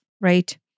right